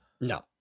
No